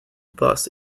bus